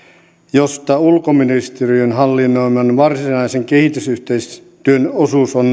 josta ulkoministeriön hallinnoiman varsinaisen kehitysyhteistyön osuus on